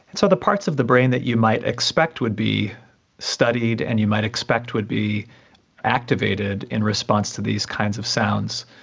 so the parts of the brain that you might expect would be studied and you might expect would be activated in response to these kinds of sounds,